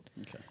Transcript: Okay